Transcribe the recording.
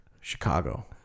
Chicago